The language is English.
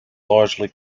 largely